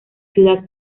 ciudad